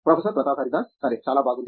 professor Pratap Haridas సరే చాలా బాగుంది